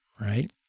right